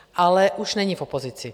Ale už není v opozici.